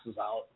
out